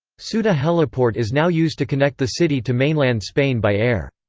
ceuta heliport is now used to connect the city to mainland spain by air.